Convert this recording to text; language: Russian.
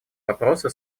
вопросы